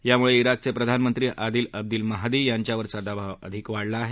यामुळे तिकचे प्रधानमंत्री आदिल अब्दिल माहदी यांच्यावरचा दबाव अधिक वाढला आहे